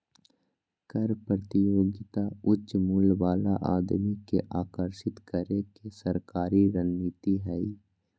कर प्रतियोगिता उच्च मूल्य वाला आदमी के आकर्षित करे के सरकारी रणनीति हइ